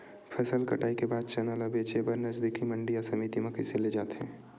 फसल कटाई के बाद चना ला बेचे बर नजदीकी मंडी या समिति मा कइसे ले जाथे?